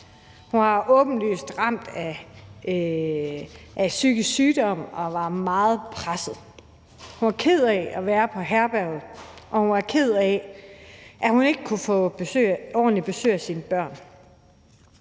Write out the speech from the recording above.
Hun var åbenlyst ramt af psykisk sygdom og var meget presset. Hun var ked af at være på herberget, og hun var ked af, at hun ikke kunne få ordentligt besøg af sine børn.